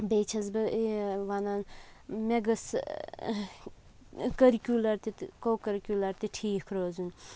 بیٚیہِ چھَس بہٕ یہِ وَنان مےٚ گٔژھ کٔرکیوٗلَر تہِ تہٕ کو کٔرکیوٗلَر تہِ ٹھیٖک روزُن